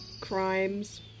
Crimes